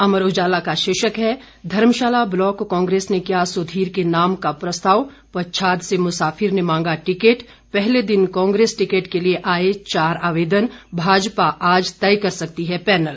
अमर उजाला का शीर्षक है धर्मशाला ब्लॉक कांग्रेस ने किया सुधीर के नाम का प्रस्ताव पच्छाद से मुसाफिर ने मांगा टिकट पहले दिन कांग्रेस टिकट के लिये आए चार आवेदन भाजपा आज तय कर सकती है पैनल